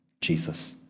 Jesus